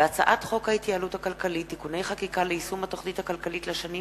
הצעת חוק ההתייעלות הכלכלית (תיקוני חקיקה ליישום התוכנית הכלכלית לשנים